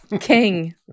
King